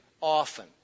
often